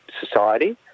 society